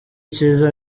cyiza